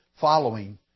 following